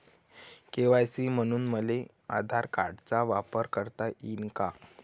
KYC म्हनून मले आधार कार्डाचा वापर करता येईन का?